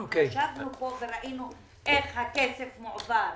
אנחנו ישבנו פה וראינו איך הכסף מועבר.